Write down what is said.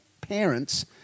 parents